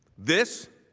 this